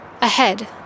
Ahead